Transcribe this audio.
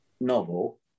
novel